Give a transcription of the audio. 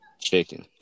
chicken